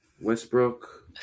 Westbrook